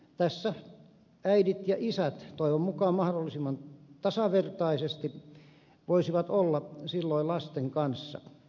tässä äidit ja isät toivon mukaan mahdollisimman tasavertaisesti voisivat olla silloin lasten kanssa